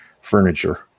furniture